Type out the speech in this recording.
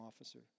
officer